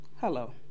hello